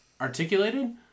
articulated